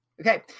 Okay